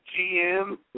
GM